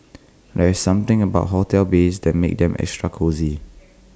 there's something about hotel beds that makes them extra cosy